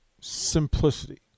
simplicity